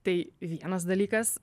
tai vienas dalykas